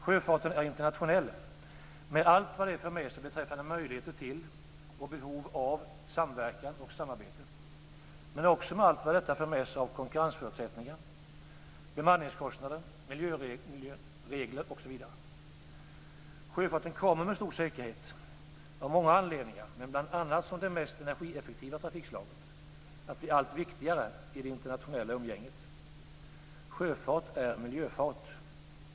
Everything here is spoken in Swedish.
Sjöfarten är internationell, med allt vad det för med sig av möjligheter till och behov av samverkan och samarbete, men också med allt vad det för med sig av konkurrensförutsättningar, bemanningskostnader, miljöregler osv. Sjöfarten kommer med stor säkerhet av många anledningar, bl.a. som det mest energieffektiva trafikslaget, att bli allt viktigare i det internationella umgänget. Sjöfart är miljöfart.